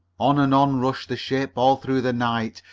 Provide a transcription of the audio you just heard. on and on rushed the ship, all through the night.